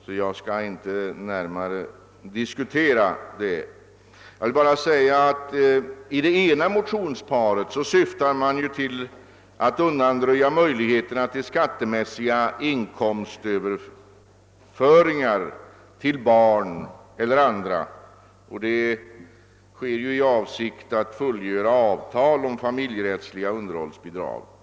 Jag skall därför inte närmare diskutera det. Jag vill bara säga att i det ena motionsparet syftar man ju till att undanröja möjligheterna till skattemässiga inkomstöverföringar till barn eller andra. Det sker ju i avsikt att fullgöra avtal om familjerättsliga underhållsbidrag.